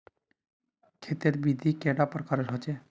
खेत तेर विधि कैडा प्रकारेर होचे?